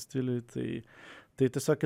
stiliui tai tai tiesiog